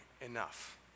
enough